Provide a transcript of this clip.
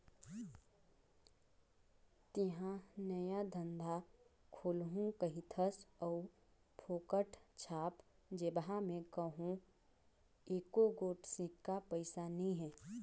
तेंहा नया धंधा खोलहू कहिथस अउ फोकट छाप जेबहा में कहों एको गोट सिक्का पइसा नी हे